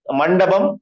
mandabam